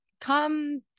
come